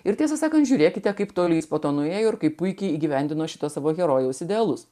ir tiesą sakant žiūrėkite kaip toli jis po to nuėjo ir kaip puikiai įgyvendino šitą savo herojaus idealus